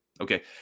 Okay